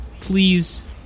please